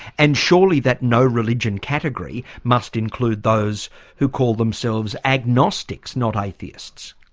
and surely that no-religion category must include those who call themselves agnostics, not atheists?